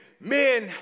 Men